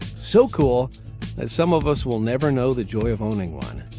so cool that some of us will never know the joy of owning one.